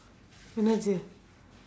என்ன ஆச்சு:enna aachsu